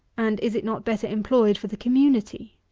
and is it not better employed for the community?